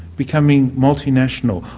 becoming multinational,